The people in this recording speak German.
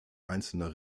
einzelner